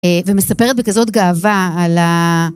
ומספרת בכזאת גאווה על ה...